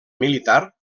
militar